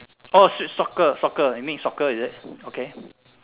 orh street soccer soccer you mean soccer is it okay